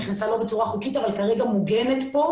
נכנסה בצורה לא חוקית אבל כרגע היא מוגנת כאן